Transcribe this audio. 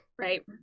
right